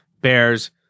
Bears